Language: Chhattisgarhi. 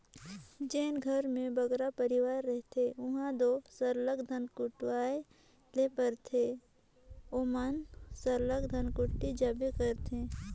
जेन घर में बगरा परिवार रहथें उहां दो सरलग धान कुटवाए ले परबे करथे ओमन सरलग धनकुट्टी जाबे करथे